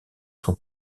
sont